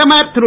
பிரதமர் திரு